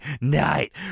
Night